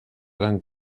dan